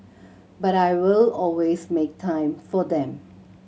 but I will always make time for them